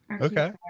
Okay